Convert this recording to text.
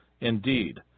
Indeed